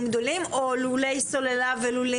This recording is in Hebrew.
גדולים או לולי סוללה ולולים משודרגים?